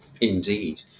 Indeed